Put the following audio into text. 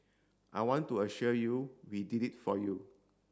I want to assure you we did it for you